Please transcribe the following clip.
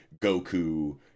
goku